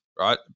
right